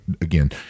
again